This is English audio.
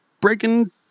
breaking